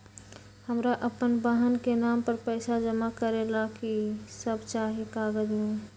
हमरा अपन बहन के नाम पर पैसा जमा करे ला कि सब चाहि कागज मे?